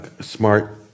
smart